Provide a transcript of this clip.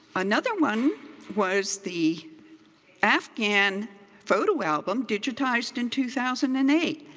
another one was the afghan photo album digitized in two thousand and eight.